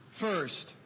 First